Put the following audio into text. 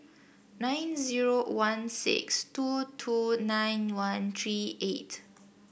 nine zero one six two two nine one three eight